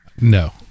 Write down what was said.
No